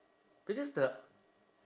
because the